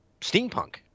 steampunk